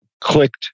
clicked